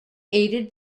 aided